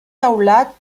teulat